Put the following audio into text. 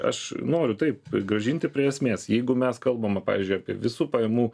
aš noriu taip grąžinti prie esmės jeigu mes kalbame pavyzdžiui apie visų pajamų